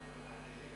אדוני.